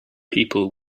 people